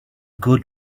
good